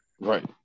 right